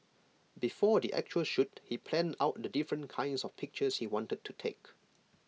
before the actual shoot he planned out the different kinds of pictures he wanted to take